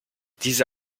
diese